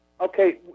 Okay